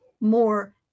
more